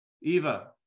eva